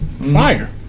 Fire